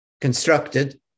constructed